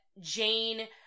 Jane